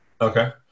Okay